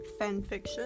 fanfiction